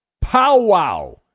powwow